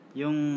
yung